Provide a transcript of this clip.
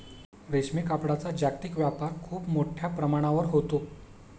रेशीम कापडाचा जागतिक व्यापार खूप मोठ्या प्रमाणावर होतो